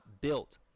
built